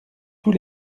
tous